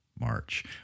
march